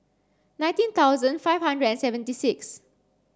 nineteen thousand five hundred and seventy six